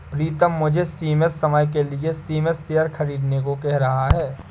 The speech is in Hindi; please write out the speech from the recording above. प्रितम मुझे सीमित समय के लिए सीमित शेयर खरीदने को कह रहा हैं